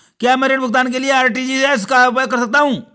क्या मैं ऋण भुगतान के लिए आर.टी.जी.एस का उपयोग कर सकता हूँ?